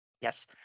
Yes